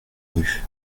rues